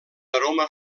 aroma